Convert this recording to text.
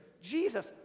Jesus